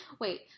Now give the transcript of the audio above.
wait